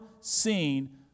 seen